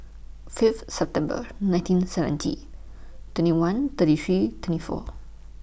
Fifth September nineteen seventy twenty one thirty three twenty four